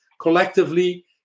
collectively